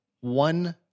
one